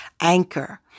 Anchor